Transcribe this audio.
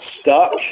stuck